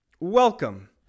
welcome